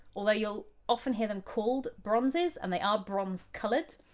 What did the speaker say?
although you'll often hear them called bronzes and they are bronze-coloured.